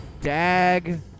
Dag